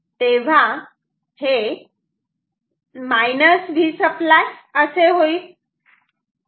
तेव्हा हे Vसप्लाय असे होईल